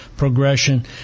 progression